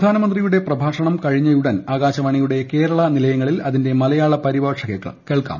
പ്രധാനമന്ത്രിയുടെ പ്രഭാഷണം കഴിഞ്ഞയുടൻ ആകാശവാണിയുടെ കേരളനിലയങ്ങളിൽ അതിന്റെ മലയാള പരിഭാഷ കേൾക്കാം